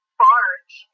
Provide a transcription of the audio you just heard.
barge